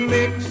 Mix